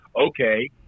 okay